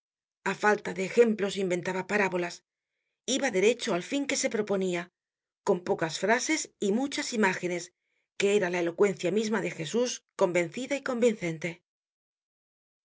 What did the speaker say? á falta de ejemplos inventaba parábolas iba derecho al fin que se proponia con pocas frases y muchas imágenes que era la elocuencia misma de jesús convencida y convincente